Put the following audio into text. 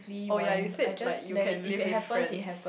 oh ya you said like you can live with friends